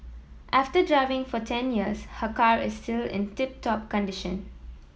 after driving for ten years her car is still in tip top condition